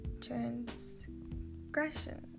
transgression